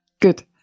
Good